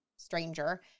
stranger